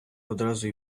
одразу